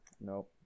Nope